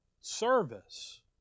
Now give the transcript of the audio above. service